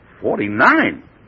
Forty-nine